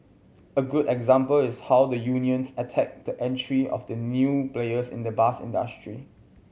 a good example is how the unions a tackled the entry of new players in the bus industry